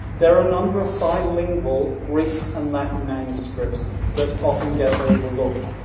there are a number of bilingual greek and latin manuscripts that often get overlooked.